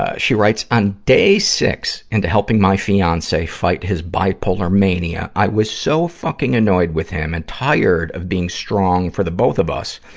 ah she writes, on day six in and helping my fiance fight his bipolar mania, i was so fucking annoyed with him and tired of being strong for the both of us.